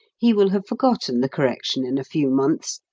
he will have forgotten the correction in a few months,